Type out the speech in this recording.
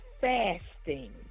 fasting